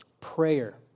prayer